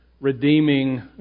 redeeming